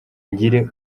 ngire